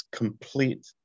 complete